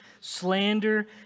slander